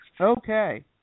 Okay